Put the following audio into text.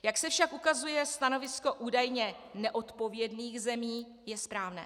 Jak se však ukazuje, stanovisko údajně neodpovědných zemí je správné.